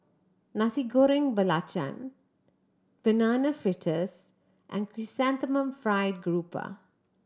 Nasi Goreng Belacan Banana Fritters and Chrysanthemum Fried Grouper